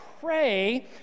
pray